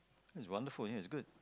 that's wonderful ya it's good